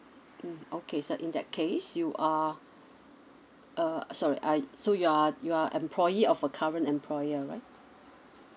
mm okay so in that case you are uh uh sorry are so you are you are employee of your current employer right